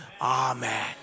Amen